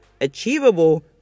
achievable